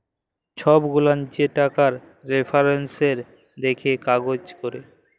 ছব গুলান যে টাকার রেফারেলস দ্যাখে কাজ ক্যরে